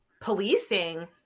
policing